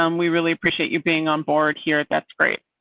um we really appreciate you being on board here. that's great.